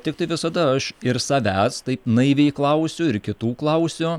tiktai visada aš ir savęs taip naiviai klausiu ir kitų klausiu